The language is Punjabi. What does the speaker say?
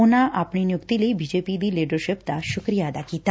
ਉਨੁਾ ਆਪਣੀ ਨਿਯੁਕਤੀ ਲਈ ਬੀਜੇਪੀ ਦੀ ਲੀਡਰਸ਼ਿਪ ਦਾ ਸੁਕਰੀਆ ਅਦਾ ਕੀਤਾ